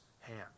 hand